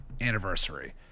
anniversary